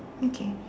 okay